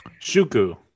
Shuku